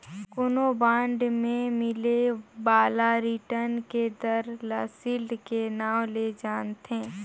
कोनो बांड मे मिले बाला रिटर्न के दर ल सील्ड के नांव ले जानथें